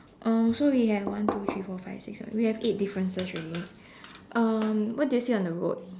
um so we have one two three four five six seven we have eight differences already um what do you see on the road